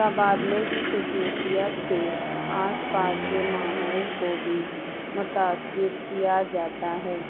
تبادلے کی خصوصیت سے آس پاس کے ماحول کو بھی متاثر کیا جاتا ہے